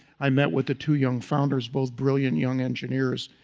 i met with the two young founders, both brilliant young engineers,